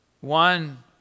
One